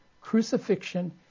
crucifixion